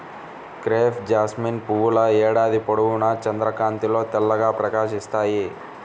crepe jasmine పువ్వుల ఏడాది పొడవునా చంద్రకాంతిలో తెల్లగా ప్రకాశిస్తాయి